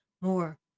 more